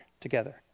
together